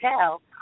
tell